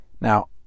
Now